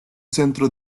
centro